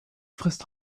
frisst